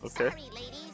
Okay